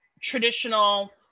traditional